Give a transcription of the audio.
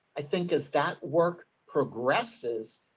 i think, is that work progresses.